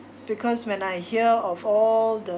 because when I hear of all the